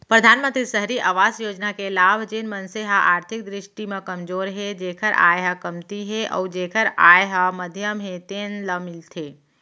परधानमंतरी सहरी अवास योजना के लाभ जेन मनसे ह आरथिक दृस्टि म कमजोर हे जेखर आय ह कमती हे अउ जेखर आय ह मध्यम हे तेन ल मिलथे